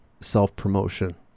self-promotion